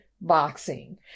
boxing